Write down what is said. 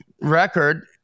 record